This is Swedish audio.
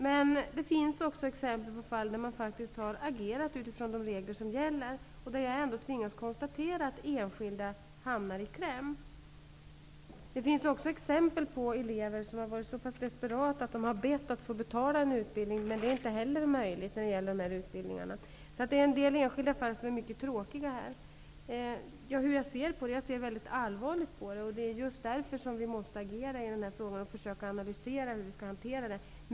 Men det finns också exempel på fall där man faktiskt har agerat utifrån de regler som gäller, och där jag ändå tvingas konstatera att enskilda kommer i kläm. Det finns också exempel på elever som har varit så pass desperata att de har bett att få betala en utbildning. Men det är inte heller möjligt när det gäller dessa utbildningar. De finns en del enskilda fall som är mycket tråkiga. Bo Arvidson frågade hur jag ser på det här. Jag ser mycket allvarligt på det. Vi måste agera i den här frågan och försöka analysera hur vi skall hantera den.